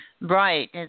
Right